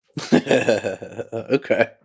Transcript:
Okay